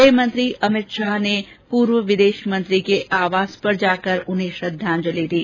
गृहमंत्री अमित शाह ने पूर्व विदेशमंत्री के आवास पर जाकर उन्हें श्रद्वांजलि दी